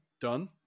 done